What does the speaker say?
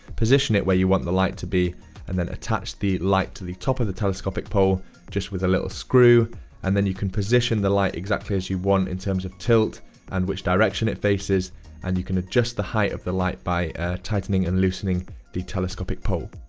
position it where you want the light to be and then attach the light to the top of the telescopic pole just with a little screw and then you can position the light exactly as you want in terms of tilt and which direction it faces and you can adjust the height of the light by tightening and loosening the telescopic pole.